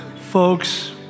folks